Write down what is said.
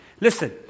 Listen